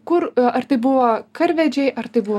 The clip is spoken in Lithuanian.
kur ar tai buvo karvedžiai ar tai buvo